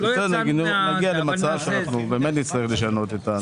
נעשה את זה.